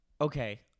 Okay